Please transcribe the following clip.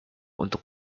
untuk